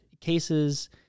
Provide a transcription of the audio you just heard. cases